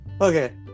Okay